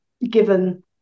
given